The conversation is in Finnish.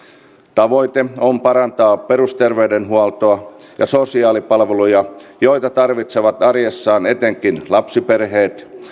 tavoite on parantaa perusterveydenhuoltoa ja sosiaalipalveluja joita tarvitsevat arjessaan etenkin lapsiperheet